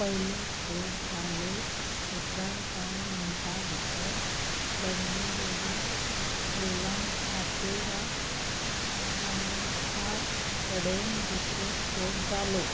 पयलो स्पोट जाले उपरांत कांय मिणटां भितर चर्नी रोडा वयल्यान ऑपेरा हावसा कडेन दुसरो स्पोट जालो